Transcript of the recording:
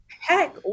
Heck